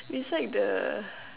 beside the